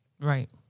Right